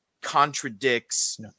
contradicts